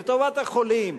לטובת החולים,